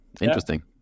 Interesting